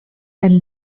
and